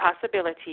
possibility